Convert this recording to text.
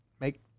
make